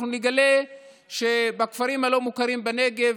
אנחנו נגלה שבכפרים הלא-מוכרים בנגב,